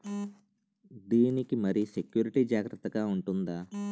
దీని కి మరి సెక్యూరిటీ జాగ్రత్తగా ఉంటుందా?